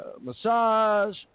Massage